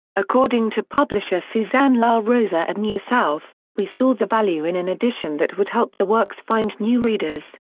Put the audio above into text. according to publisher suzanne la rosa at newsouth, we saw the value in an edition that would help the works find new readers.